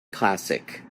classic